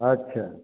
अच्छा